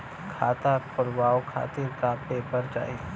खाता खोलवाव खातिर का का पेपर चाही?